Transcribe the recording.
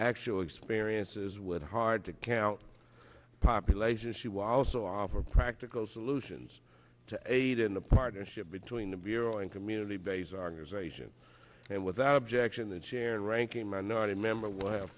actual experiences with hard to count population she was also offer practical solutions to aid in the partnership between the bureau and community based organizations and without objection the chair and ranking minority member will